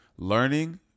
learning